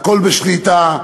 הכול בשליטה,